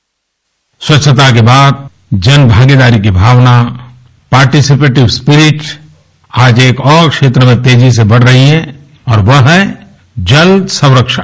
bite स्वच्छता के बाद जन भागीदारी की भावना पार्टीसिपेट सिप्रिट आज एक और क्षेत्र में तेजी से बढ़ रही है और वह है जल संरक्षण